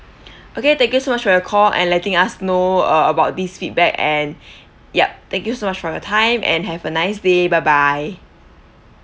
okay thank you so much for your call and letting us know uh about this feedback and yup thank you so much for your time and have a nice day bye bye